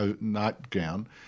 nightgown